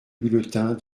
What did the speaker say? bulletin